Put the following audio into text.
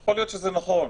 יכול להיות שזה נכון,